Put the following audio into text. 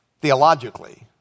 theologically